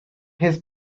his